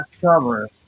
cover